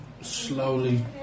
slowly